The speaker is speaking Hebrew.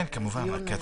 כן, כמובן, כתבתי.